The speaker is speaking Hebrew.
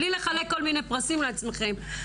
בלי לחלק כל מיני פרסים לעצמכם.